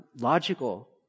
logical